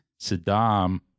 Saddam